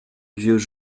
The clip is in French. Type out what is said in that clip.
vieux